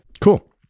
Cool